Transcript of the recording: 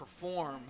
perform